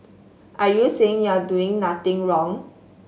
are you saying you're doing nothing wrong